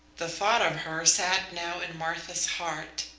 the thought of her sat now in martha's heart,